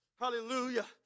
Hallelujah